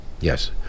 yes